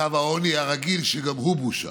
קו העוני הרגיל, שגם הוא בושה.